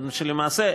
כשלמעשה,